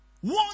One